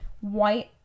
white